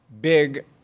big